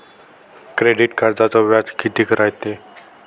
Credit कार्डचं व्याज कितीक रायते?